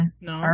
no